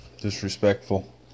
disrespectful